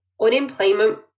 unemployment